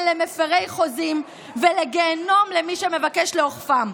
למפירי חוזים ולגיהינום למי שמבקש לאוכפם.